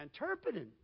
interpreting